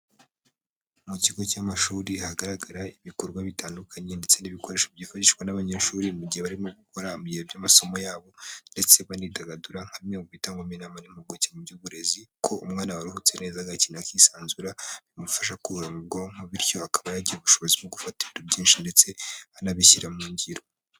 Mu kigo cy'amashuri hagaragara ibikorwa bitandukanye ndetse n'ibikoresho byifashishwa n'abanyeshuri mu gihe barimo gukora mu bihe by'amasomo yabo, ndetse banidagadura, nka bimwe mu bitangwamo inama n'impupuguke mu by'uburezi, ko umwana waruhutse neza agakina akisanzura, bimufasha kuruhura mu bwonko, bityo akaba yagira ubushobozi bwo gufata ibintu byinshi ndetse anabishyira mu ngiro.